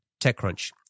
TechCrunch